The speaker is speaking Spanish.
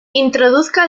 introduzca